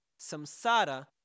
samsara